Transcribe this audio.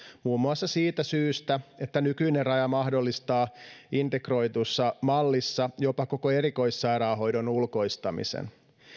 muun muassa siitä syystä että nykyinen raja mahdollistaa integroidussa mallissa jopa koko erikoissairaanhoidon ulkoistamisen